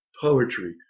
poetry